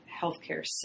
healthcare